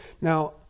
Now